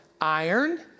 Iron